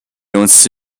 用此